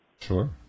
Sure